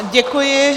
Děkuji.